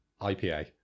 IPA